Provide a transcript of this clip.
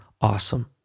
awesome